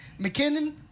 McKinnon